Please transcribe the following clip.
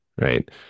right